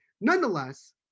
nonetheless